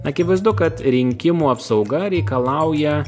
akivaizdu kad rinkimų apsauga reikalauja